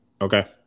Okay